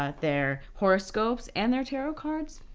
ah their horoscopes and their tarot cards.